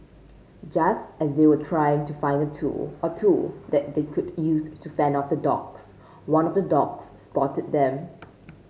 just as they were trying to find a tool or two that they could use to fend off the dogs one of the dogs spotted them